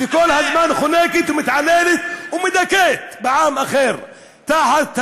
וכל הזמן חונקת ומתעללת ומדכאת עם אחר תחת הכיבוש,